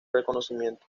reconocimiento